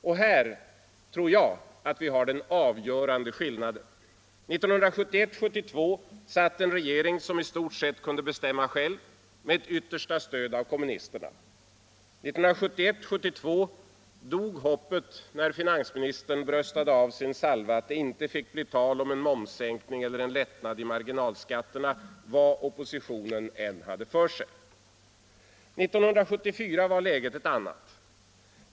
Och här tror jag att vi har den avgörande skillnaden: 1971-1972 satt en regering som i stort sett kunde bestämma själv, med ett yttersta stöd av kommunisterna. 1971-1972 dog hoppet när finansministern bröstade av sin salva att det inte fick bli tal om en momssänkning eller en lättnad i marginalskatterna, vad oppositionen än hade för sig. 1974 var läget ett annat.